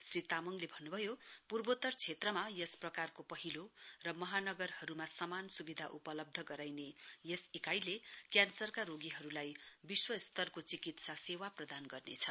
श्री तामाङले भन्नु भयो पूर्वोत्तर क्षेत्रमा यस प्रकारको पहिलो र महानगरहरू समान सुविधा उपलब्ध गराइने यस इकाइले क्यान्सरका रोगीहरूलाई विश्व स्तरको चिकित्सा सेवा प्रदान गर्नेछ